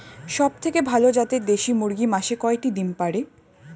সবথেকে ভালো জাতের দেশি মুরগি মাসে কয়টি ডিম পাড়ে?